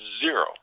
zero